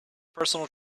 personal